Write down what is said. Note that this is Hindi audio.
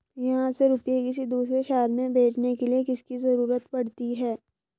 यहाँ से रुपये किसी दूसरे शहर में भेजने के लिए किसकी जरूरत पड़ती है?